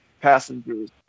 passengers